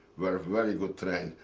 were very good trained.